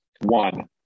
One